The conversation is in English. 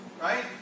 right